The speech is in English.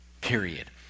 period